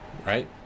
right